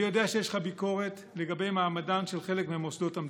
אני יודע שיש לך ביקורת לגבי מעמדם של חלק ממוסדות המדינה,